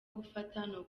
gufata